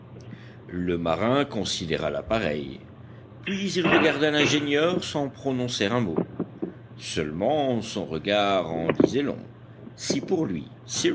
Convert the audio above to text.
le marin considéra l'appareil puis il regarda l'ingénieur sans prononcer un mot seulement son regard en disait long si pour lui